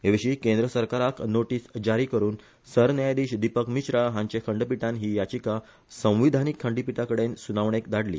हे विशी केंद्र सरकाराक नोटीस जारी करुन सरन्यायाधीश दिपक मिश्रा हांचे खंडपीठान ही याचिका संविधानिक खंडपीठाकडेन सुनावणेक धाडली